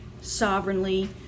sovereignly